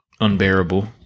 unbearable